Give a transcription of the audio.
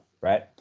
right